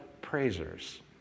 praisers